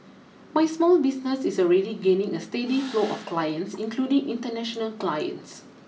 my small business is already gaining a steady flow of clients including international clients